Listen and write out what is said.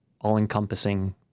all-encompassing